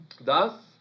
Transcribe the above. Thus